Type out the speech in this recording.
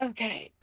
Okay